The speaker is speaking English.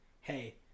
Hey